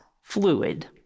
fluid